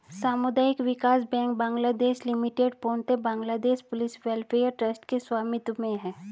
सामुदायिक विकास bank Bangladesh limited पूर्णतः बांग्लादेश पुलिस वेलफेयर ट्रस्ट के स्वामित्व में है